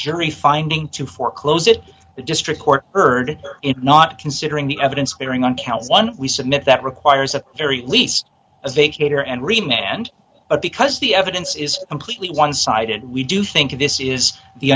jury finding to forclose it the district court heard it not considering the evidence clearing on count one we submit that requires a very least as they cater and remain and but because the evidence is completely one sided we do think this is the